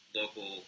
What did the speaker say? local